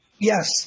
Yes